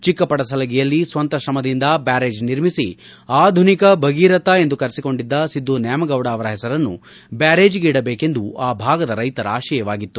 ಚಿಕ್ಕಪಡಸಲಗಿಯಲ್ಲಿ ಸ್ವಂತ ತ್ರಮದಿಂದ ಬ್ನಾರೇಜ್ ನಿರ್ಮಿಸಿ ಆಧುನಿಕ ಭಗೀರಥ ಎಂದು ಕರೆಸಿಕೊಂಡಿದ್ದ ಸಿದ್ದು ನ್ನಾಮಗೌಡ ಅವರ ಹೆಸರನ್ನು ಬ್ಲಾರೇಜಿಗೆ ಇಡಬೇಕೆಂಬುದು ಆ ಭಾಗದ ರೈತರ ಆಶಯವಾಗಿತ್ತು